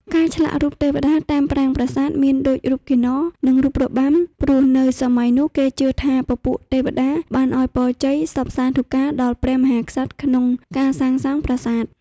ការឆ្លាក់រូបទេវតាតាមប្រាង្គប្រាសាទមានដូចរូបកិន្នរ និងរូបរបាំព្រោះនៅសម័យនោះគេជឿថាពពួកទេវតាបានឲ្យពរជ័យសព្ទសាធុកាដល់ព្រះមហាក្សត្រក្នុងការសាងសង់ប្រាសាទ។